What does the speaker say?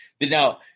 now